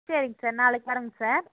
சரிங்க சார் நாளைக்கு வர்றோம்ங்க சார்